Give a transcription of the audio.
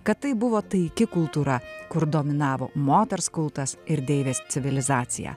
kad tai buvo taiki kultūra kur dominavo moters kultas ir deivės civilizacija